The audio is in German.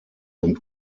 und